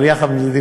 אבל עם זה,